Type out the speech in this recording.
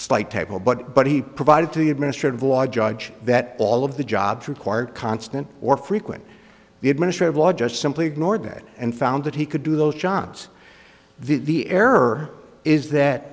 slight typo but but he provided to the administrative law judge that all of the jobs required constant or frequent the administrative law judge simply ignored that and found that he could do those jobs the error is that